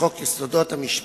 לחוק יסודות המשפט,